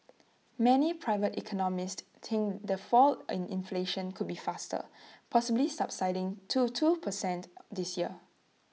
many private economists think the fall in inflation could be faster possibly subsiding to two per cent this year